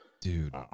Dude